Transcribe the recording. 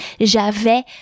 j'avais